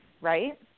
right